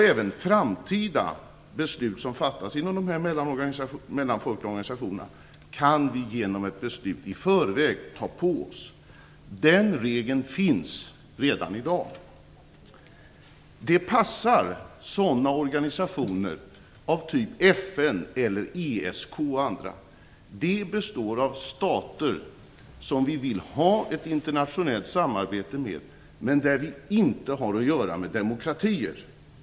Även framtida beslut som fattas inom dessa mellanfolkliga organisationer kan vi genom ett beslut i förväg ta på oss. Den regeln finns redan i dag. Det passar sådana organisationer av typ FN, ESK och andra. De består av stater som vi vill ha ett internationellt samarbete med men där vi inte har att göra med demokratier.